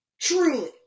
Truly